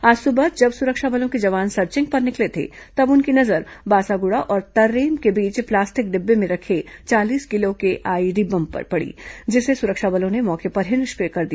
आज सुबह जब सुरक्षा बलों के जवान सर्चिंग पर निकले थे तब उनकी नजर बासागुड़ा और तर्रेम के बीच प्लास्टिक डिब्बे में रखे चालीस किलो के आईईडी बम पर पड़ा जिसे सुरक्षा बलों ने मौके पर ही निष्क्रिय कर दिया